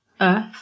earth